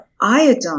iodine